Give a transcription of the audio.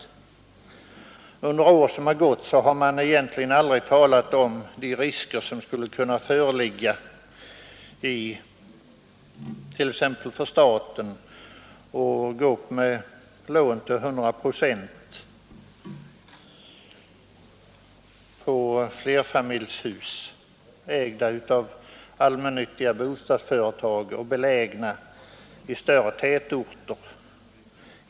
Under de år som gått har man egentligen aldrig talat om de risker som skulle kunna föreligga t.ex. för staten när det gäller att ge lån till 100 procent på flerfamiljshus, ägda av allmännyttiga bostadsföretag och belägna i större tätorter.